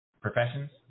Professions